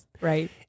Right